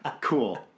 Cool